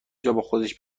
جاباخودش